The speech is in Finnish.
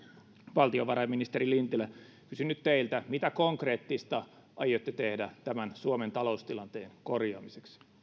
valtiovarainministeri lintilä kysyn nyt teiltä mitä konkreettista aiotte tehdä tämän suomen taloustilanteen korjaamiseksi